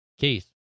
case